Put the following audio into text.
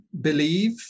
believe